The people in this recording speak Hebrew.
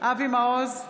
אבי מעוז,